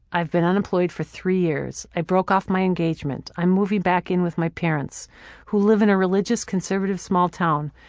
i've been unemployed for three years. i broke off my engagement. i'm moving back in with my parents who live in a religious, conservative, small town,